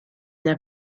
n’a